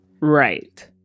Right